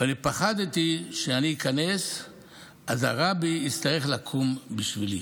ואני פחדתי שכשאני איכנס אז הרבי יצטרך לקום בשבילי,